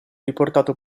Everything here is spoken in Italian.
riportato